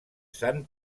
sant